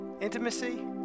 intimacy